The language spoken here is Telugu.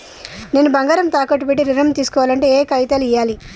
నేను బంగారం తాకట్టు పెట్టి ఋణం తీస్కోవాలంటే ఏయే కాగితాలు ఇయ్యాలి?